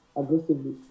aggressively